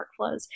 workflows